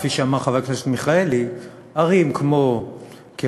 כפי שאמר חבר הכנסת מיכאלי, ערים כמו קריית-גת,